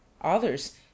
Others